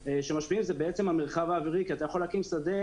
שמשפיעים הוא המרחב האווירי כי אתה יכול להקים שדה,